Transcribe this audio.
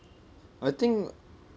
I think